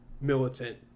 militant